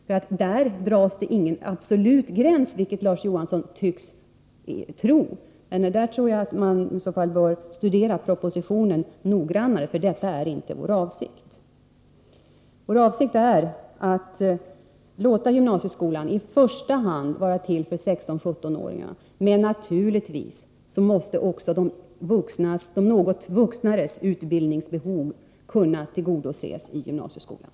Det finns ingen absolut gräns, vilket Larz Johansson tycks tro. Han bör kanske studera propositionen mer noggrant. Då skall han finna att detta inte är vår avsikt. Vi vill att gymnasieskolan i första hand skall vara till för 16-17-åringarna, men naturligtvis måste också de något mera vuxnas utbildningsbehov kunna tillgodoses i gymnasieskolan.